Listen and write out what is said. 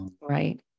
right